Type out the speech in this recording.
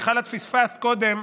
מיכל, את פספסת קודם,